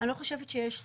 אני לא חושבת שיש סתירה.